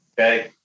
okay